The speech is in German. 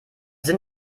sind